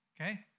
okay